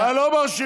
אתה לא ברשימה.